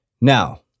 Now